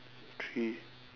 three